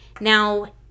now